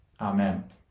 Amen